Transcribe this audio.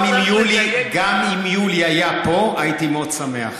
גם אם יולי היה פה הייתי מאוד שמח.